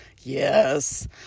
yes